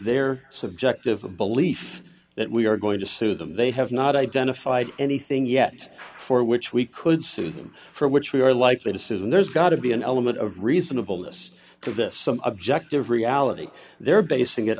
their subjective belief that we are going to sue them they have not identified anything yet for which we could sue them for which we are likely to sue and there's got to be an element of reasonable list to this some objective reality they're basing it